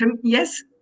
Yes